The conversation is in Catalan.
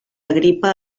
agripa